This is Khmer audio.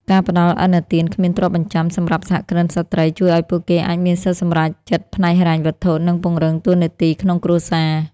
ការផ្ដល់ "ឥណទានគ្មានទ្រព្យបញ្ចាំ" សម្រាប់សហគ្រិនស្រ្តី ជួយឱ្យពួកគេអាចមានសិទ្ធិសម្រេចចិត្តផ្នែកហិរញ្ញវត្ថុ និងពង្រឹងតួនាទីក្នុងគ្រួសារ។